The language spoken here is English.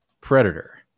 predator